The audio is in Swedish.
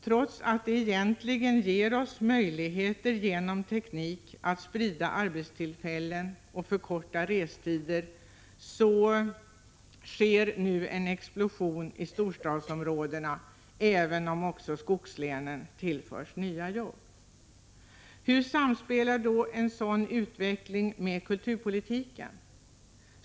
Trots att det egentligen ger oss möjligheter att genom tekniken sprida arbetstillfällen och förkorta restiden, sker en explosion i storstadsområdena, även om också skogslänen tillförs nya jobb. Hur samspelar då denna utveckling med kulturpolitiken?